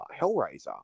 Hellraiser